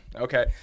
Okay